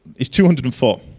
is two hundred and four.